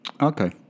Okay